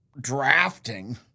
drafting